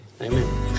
Amen